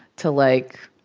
to, like,